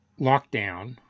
lockdown